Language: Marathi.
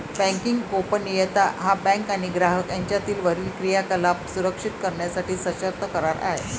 बँकिंग गोपनीयता हा बँक आणि ग्राहक यांच्यातील वरील क्रियाकलाप सुरक्षित करण्यासाठी सशर्त करार आहे